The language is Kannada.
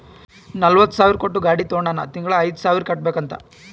ನಲ್ವತ ಸಾವಿರ್ ಕೊಟ್ಟು ಗಾಡಿ ತೊಂಡಾನ ತಿಂಗಳಾ ಐಯ್ದು ಸಾವಿರ್ ಕಟ್ಬೇಕ್ ಅಂತ್